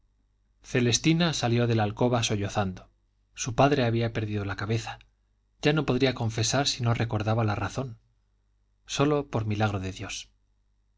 celestina salió de la alcoba sollozando su padre había perdido la cabeza ya no podría confesar si no recobraba la razón sólo por milagro de dios